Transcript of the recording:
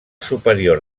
superior